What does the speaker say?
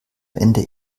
ende